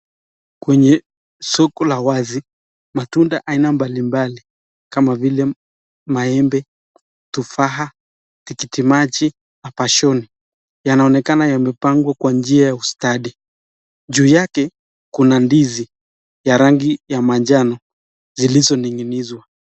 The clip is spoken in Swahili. Kwenye soko la wazi matunda aina mbalimbali kama vile maembe, tufaha, tikiti maji na pashoni yanaonekana yamepangwa kwa njia ya ustadi. Juu yake kuna ndizi ya rangi ya manjano zilizoning'inizwa.